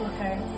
Okay